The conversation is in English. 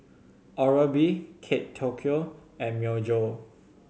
Oral B Kate Tokyo and Myojo